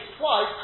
twice